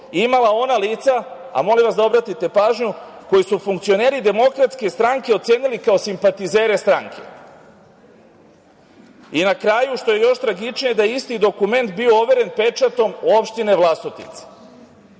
imala ona lica, a molim vas da obratite pažnju, koje su funkcioneri DS ocenili kao simpatizere stranke. Na kraju, što je još tragičnije, da je isti dokument bio overen pečatom opštine